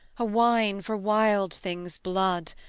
a-whine for wild things' blood,